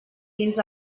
dins